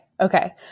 Okay